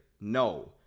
No